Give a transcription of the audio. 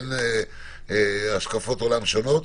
אין השקפות עולם שונות.